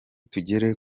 tugere